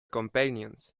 companions